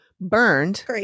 burned